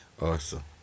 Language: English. Awesome